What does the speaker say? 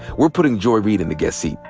we're putting joy reid in the guest seat,